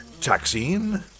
Taxine